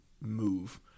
move